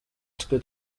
twe